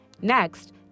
Next